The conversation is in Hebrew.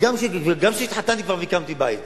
וגם כשהתחתנתי והקמתי בית,